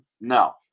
No